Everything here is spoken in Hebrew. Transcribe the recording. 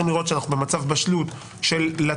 צריך לראות שאנחנו במצב בשלות לתת,